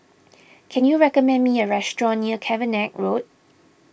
can you recommend me a restaurant near Cavenagh Road